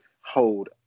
hold